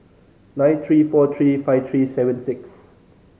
nine three four three five three seven six